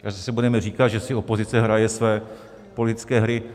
A zase budeme říkat, že si opozice hraje své politické hry.